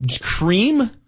Cream